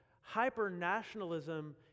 hyper-nationalism